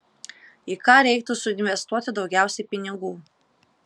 į ką reiktų suinvestuoti daugiausiai pinigų